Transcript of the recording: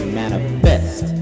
manifest